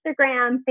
Instagram